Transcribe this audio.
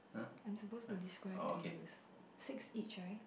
I'm suppose to describe to you is six each right